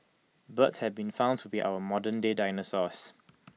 birds have been found to be our modernday dinosaurs